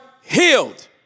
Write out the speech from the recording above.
healed